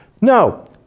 No